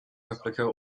replicate